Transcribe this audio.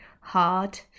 hard